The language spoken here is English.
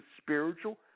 spiritual